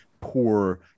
poor